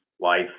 life